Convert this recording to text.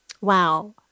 Wow